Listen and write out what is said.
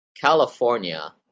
California